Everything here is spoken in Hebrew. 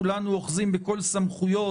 כולנו אוחזים בכל הסמכויות,